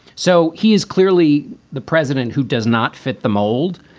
so he is clearly the president who does not fit the mold.